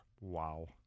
Wow